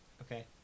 Okay